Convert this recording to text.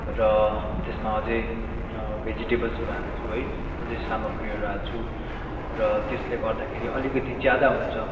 र त्यसमा अझै भेजिटेबल्सहरू हाल्छु है अझै सामग्रीहरू हाल्छु र त्यसले गर्दाखेरि अलिकति ज्यादा हुन्छ